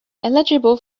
eligible